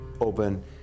open